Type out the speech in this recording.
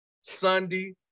Sunday